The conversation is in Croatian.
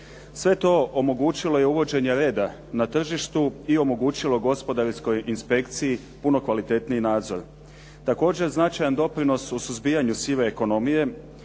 Sve to omogućilo je uvođenje reda na tržištu i omogućilo gospodarskoj inspekciji puno kvalitetniji nadzor. Također značajan doprinos u suzbijanju sive ekonomije